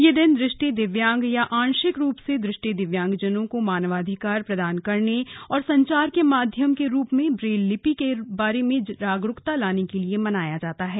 यह दिन दृष्टि दिव्यांगया आंशिक रूप से दृष्टि दिव्यांगजनों को मानवाधिकार प्रदान करने और संचार के माध्यम के रूप में ब्रेल लिपि के बारे में जागरूकता लाने के लिए मनाया जाता है